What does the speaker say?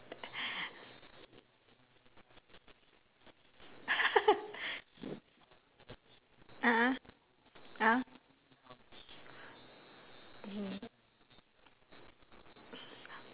a'ah a'ah mm